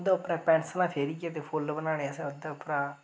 ओह्दे उप्परें पैनसलां फेरियै ते फुल्ल बनाने असें ओह्दे उप्परा